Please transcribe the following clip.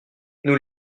nous